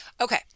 Okay